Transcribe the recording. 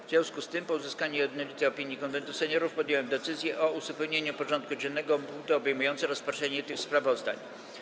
W związku z tym, po uzyskaniu jednolitej opinii Konwentu Seniorów, podjąłem decyzję o uzupełnieniu porządku dziennego o punkty obejmujące rozpatrzenie tych sprawozdań.